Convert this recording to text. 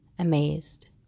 amazed